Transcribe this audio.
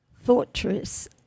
fortress